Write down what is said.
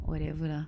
whatever lah